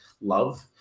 love